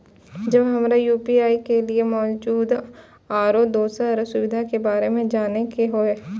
जब हमरा यू.पी.आई के लिये मौजूद आरो दोसर सुविधा के बारे में जाने के होय?